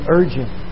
urgent